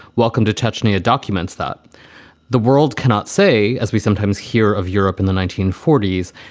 welcome to chechnya. documents that the world cannot say, as we sometimes hear of europe in the nineteen forty s,